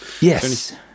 Yes